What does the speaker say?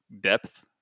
depth